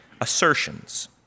assertions